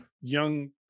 young